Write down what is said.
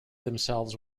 themselves